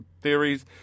theories